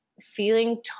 feeling